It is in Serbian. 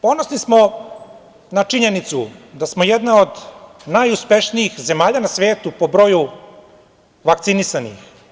Ponosni smo na činjenicu da smo jedna od najuspešnijih zemalja na svetu po broju vakcinisanih.